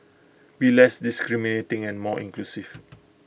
be less discriminating and more inclusive